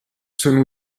sono